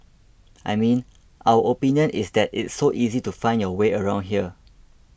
I mean our opinion is that it's so easy to find your way around here